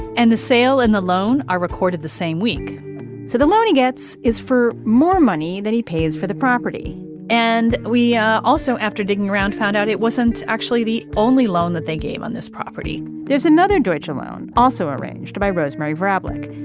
and the sale and the loan are recorded the same week so the loan he gets is for more money than he pays for the property and we ah also, after digging around, found out it wasn't actually the only loan that they gave on this property there's another deutsche loan also arranged by rosemary vrablic.